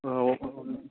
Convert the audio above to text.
ஆ ஓ